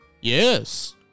Yes